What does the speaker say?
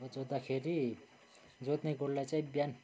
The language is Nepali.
अब जोत्दाखेरि जोत्ने गोरुलाई चाहिँ बिहान